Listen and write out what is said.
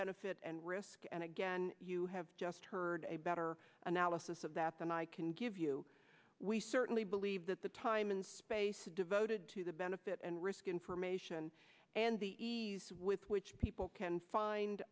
benefit and risk and again you have just heard a better analysis of that than i can give you we certainly believe that the time and space devoted to the benefit and risk information and the ease with which people can find